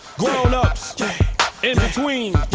grown ups in between,